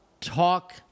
talk